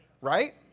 Right